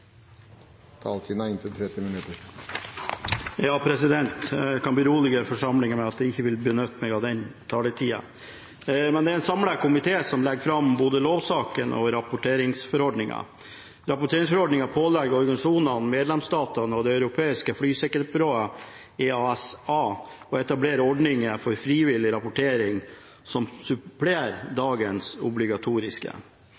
Taletiden er inntil 30 minutter. Jeg kan berolige forsamlingen med at jeg ikke vil benytte meg av den taletida. Det er en samlet komité som legger fram både lovsaken og rapporteringsforordningen. Rapporteringsforordningen pålegger organisasjonene, medlemsstatene og Det europeiske flysikkerhetsbyrået, EASA, å etablere ordninger for frivillig rapportering som supplerer